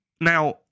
Now